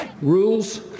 Rules